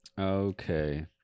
Okay